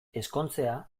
ezkontzea